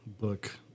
book